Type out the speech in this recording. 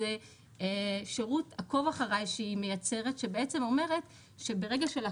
זה שירות עקוב אחריי שהיא מייצרת שבעצם אומרת שכשלקוח